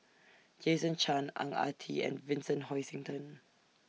Jason Chan Ang Ah Tee and Vincent Hoisington